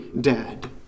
dead